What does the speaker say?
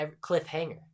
cliffhanger